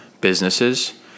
businesses